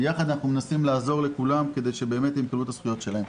יחד אנחנו מנסים לעזור לכולן כדי שהן באמת תקבלנה את הזכויות שלהן.